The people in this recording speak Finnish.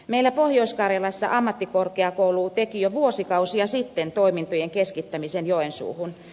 meillä pohjois karjalassa ammattikorkeakoulu teki jo vuosikausia sitten toimintojen keskittämisen joensuuhun